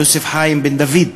יוסף חיים בן דוד,